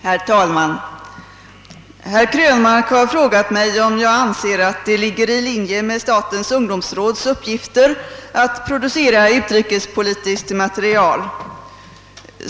Herr talman! Herr Krönmark har frågat mig om jag anser att det ligger i linje med statens ungdomsråds uppgifter att producera utrikespolitiskt material.